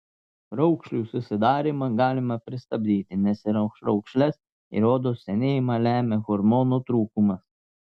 raukšlių susidarymą galima pristabdyti nes ir raukšles ir odos senėjimą lemia hormonų trūkumas